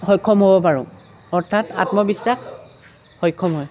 সক্ষম হ'ব পাৰোঁ অৰ্থাৎ আত্মবিশ্বাস সক্ষম হয়